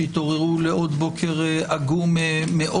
שהתעוררו לעוד בוקר עגום מאוד.